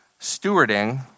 stewarding